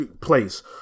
place